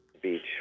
beach